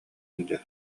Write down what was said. илдьэ